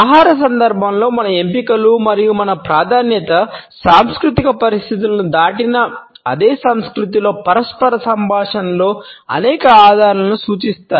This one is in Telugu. ఆహార సందర్భంలో మన ఎంపికలు మరియు మన ప్రాధాన్యత సాంస్కృతిక పరిస్థితులను దాటిన అదే సంస్కృతిలో పరస్పర సంభాషణలో అనేక ఆధారాలను సూచిస్తాయి